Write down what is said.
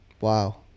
Wow